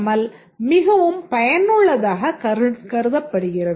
L மிகவும் பயனுள்ளதாக கருதப்படுகிறது